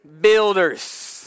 Builders